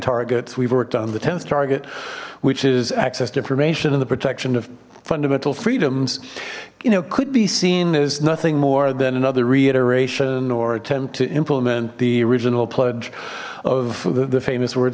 targets we've worked on the tenth target which is access to information and the protection of fundamental freedoms you know could be seen as nothing more than another reiteration or attempt to implement the original pledge of the famous words